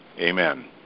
amen